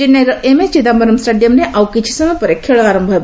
ଚେନ୍ୱାଇର M A Chidambaram ଷ୍ଟାଡିୟମରେ ଆଉ କିଛି ସମୟ ପରେ ଖେଳ ଆରମ୍ଭ ହେବ